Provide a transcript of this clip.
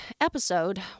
episode